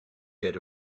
get